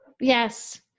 Yes